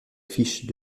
fiches